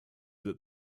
that